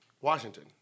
Washington